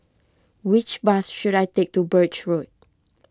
which bus should I take to Birch Road